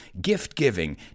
Gift-giving